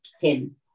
Tim